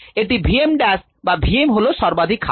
এটি v m dash বা v m হল সর্বাধিক হার